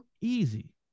easy